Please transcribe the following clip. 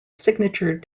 signature